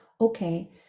okay